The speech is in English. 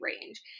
range